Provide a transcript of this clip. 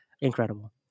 Incredible